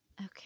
okay